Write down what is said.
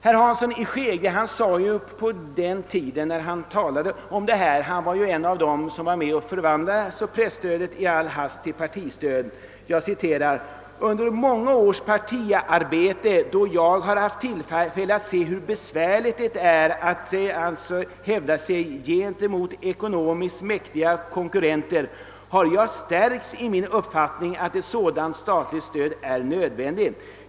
Herr Hansson i Skegrie — som ju tillhörde dem som medverkade till att i all hast förvandla presstödet till partistöd — yttrade vid diskussionen i den här frågan bl.a. följande: Under många års partiarbete då jag har haft tillfälle att se hur besvärligt det är att hävda sig gentemot ekonomiskt mäktiga konkurrenter har jag stärkts i min uppfattning att ett sådant statligt stöd är nödvändigt.